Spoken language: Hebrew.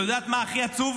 ואת יודעת מה הכי עצוב?